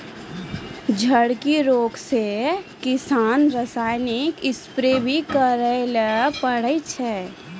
झड़की रोग से किसान रासायनिक स्प्रेय भी करै ले पड़ै छै